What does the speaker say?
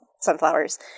sunflowers